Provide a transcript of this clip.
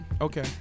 okay